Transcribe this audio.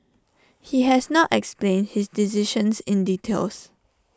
he has not explained his decision in details